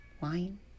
wine